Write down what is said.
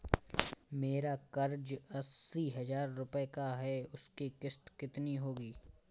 मेरा कर्ज अस्सी हज़ार रुपये का है उसकी किश्त कितनी होगी?